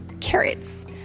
carrots